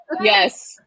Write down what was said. Yes